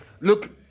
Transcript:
look